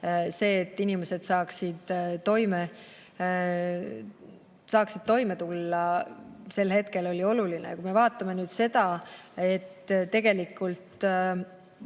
See, et inimesed saaksid toime tulla, oli sel hetkel oluline. Kui me vaatame seda, et tegelikult